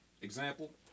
Example